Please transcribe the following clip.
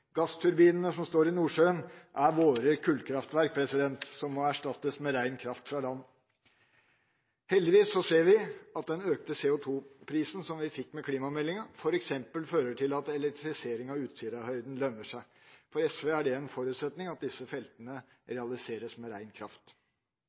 Gassturbinene som står i Nordsjøen, er våre kullkraftverk, som må erstattes med ren kraft fra land. Heldigvis ser vi at den økte CO2-prisen vi fikk med klimameldingen, f.eks. fører til at elektrifisering av Utsirahøyden lønner seg. For SV er det en forutsetning at disse feltene